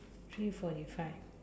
three forty five